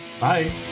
bye